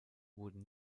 wurden